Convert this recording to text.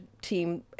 team